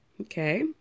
Okay